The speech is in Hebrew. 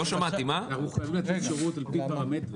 אנחנו חייבים לתת שירות על פי פרמטרים.